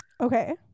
okay